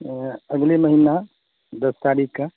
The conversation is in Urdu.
اگلے مہینہ دس تاریخ کا